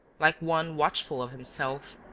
like one watchful of himself,